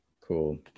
Cool